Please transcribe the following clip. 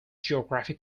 geography